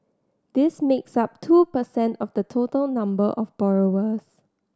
this makes up two per cent of the total number of borrowers